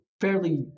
fairly